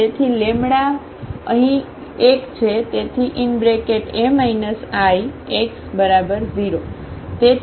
તેથી લેમ્બડા અહીં 1 છે તેથી A Ix0